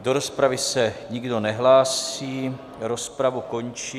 Do rozpravy se nikdo nehlásí, rozpravu končím.